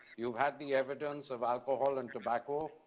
you've had the evidence of alcohol and tobacco,